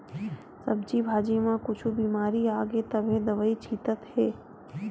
सब्जी भाजी म कुछु बिमारी आगे तभे दवई छितत हे